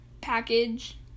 package